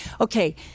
Okay